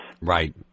Right